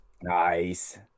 nice